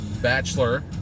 bachelor